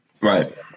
right